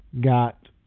got